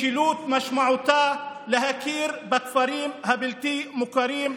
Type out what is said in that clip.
משילות משמעותה להכיר בכפרים הבלתי-מוכרים,